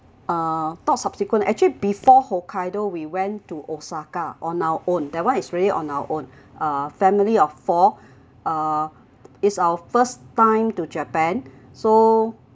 uh thoughts subsequent actually before hokkaido we went to osaka on our own that one is really on our own uh family of four uh it's our first time to japan so